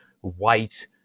white